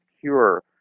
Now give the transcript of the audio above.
cure